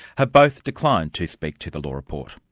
have both declined to speak to the law report